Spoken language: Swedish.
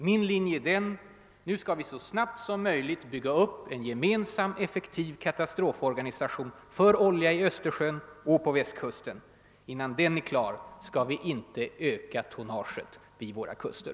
Min linje är den att vi så snabbt som möjligt skall bygga upp en gemensam katastroforganisation för olja i Östersjön och på Västkusten. Innan den är klar skall vi inte öka tonnaget vid våra kuster.